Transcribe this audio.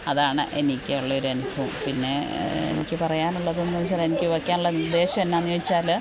അതാണ് എനിക്കുള്ളൊരനുഭവം പിന്നേ എനിക്ക് പറയാനുള്ളതെന്നു വച്ചാലെനിക്ക് വയ്ക്കാനുള്ള നിർദ്ദേശമെന്നാന്നുവച്ചാല്